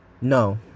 No